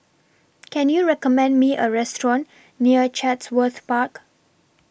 Can YOU recommend Me A Restaurant near Chatsworth Park